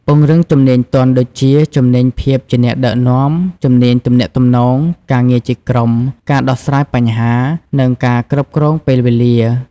ពង្រឹងជំនាញទន់ ដូចជា ជំនាញភាពជាអ្នកដឹកនាំ ជំនាញទំនាក់ទំនង ការងារជាក្រុម ការដោះស្រាយបញ្ហា និងការគ្រប់គ្រងពេលវេលា។